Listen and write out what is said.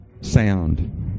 sound